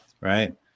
Right